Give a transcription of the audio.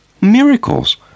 miracles